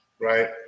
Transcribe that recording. right